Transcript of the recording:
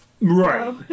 Right